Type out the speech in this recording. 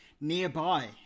nearby